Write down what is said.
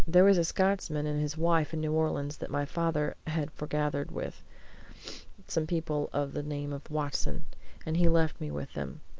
there was a scotsman and his wife in new orleans that my father had forgathered with some people of the name of watson and he left me with them,